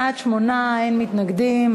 בעד, 8, אין מתנגדים.